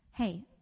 Hey